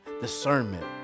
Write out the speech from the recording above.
discernment